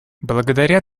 благодаря